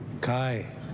Kai